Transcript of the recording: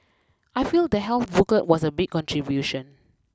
I feel the health booklet was a big contribution